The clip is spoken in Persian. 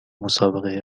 مسابقه